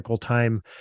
time